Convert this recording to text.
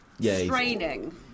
straining